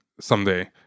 someday